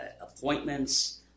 appointments